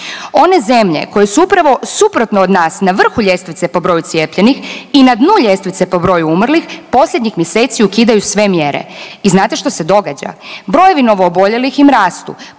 One zemlje koje su upravo suprotno od nas na vrhu ljestvice po broju cijepljenih i na dnu ljestvice po broju umrlih posljednjih mjeseci ukidanju sve mjere. I znate što se događa, brojevi novooboljelih im rastu.